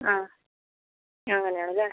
ആ അങ്ങനെയാണല്ലേ